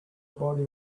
body